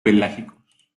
pelágicos